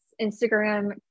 Instagram